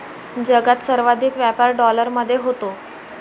जगात सर्वाधिक व्यापार डॉलरमध्ये होतो